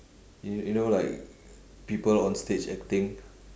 you you know like people on stage acting